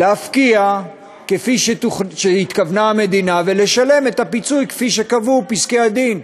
להפקיע כפי שהתכוונה המדינה ולשלם את הפיצוי כפי שקבעו פסקי-הדין,